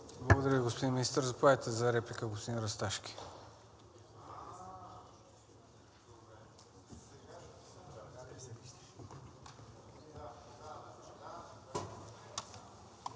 Благодаря Ви, господин Министър. Заповядайте за реплика, господин Расташки.